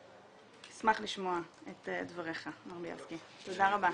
אני אשמח לשמוע את דבריך, מר בילסקי, תודה רבה.